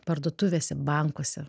parduotuvėse bankuose